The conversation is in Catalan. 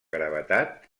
gravetat